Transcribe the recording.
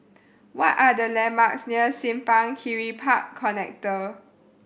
what are the landmarks near Simpang Kiri Park Connector